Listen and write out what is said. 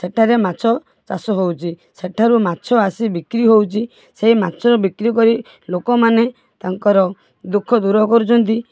ସେଠାରେ ମାଛ ଚାଷ ହେଉଛି ସେଠାରୁ ମାଛ ଆସି ବିକ୍ରି ହେଉଛି ସେଇ ମାଛ ବିକ୍ରି କରି ଲୋକମାନେ ତାଙ୍କର ଦୁଃଖ ଦୂର କରୁଛନ୍ତି